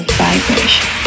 vibration